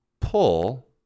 Pull